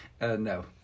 No